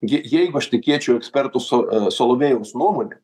je jeigu aš tikėčiau eksperto so solovėjaus nuomone